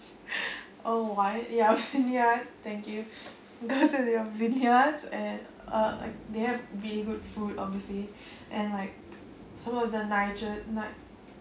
oh what vineyard yeah thank you go to their vineyards and uh like they have really good food obviously and like some of the ni~ night